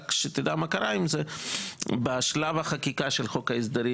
מה שקרה עם זה זה שבשלב החקיקה של חוק ההסדרים